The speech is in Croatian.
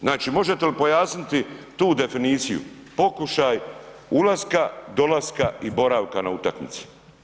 Znači možete li pojasniti tu definiciju, pokušaj ulaska, dolaska i boravka na utakmici.